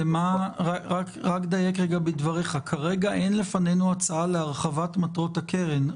כרגע אין לפנינו הצעה להרחבת מטרות הקרן,